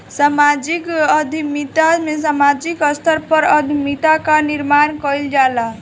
समाजिक उद्यमिता में सामाजिक स्तर पअ उद्यमिता कअ निर्माण कईल जाला